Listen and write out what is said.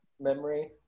memory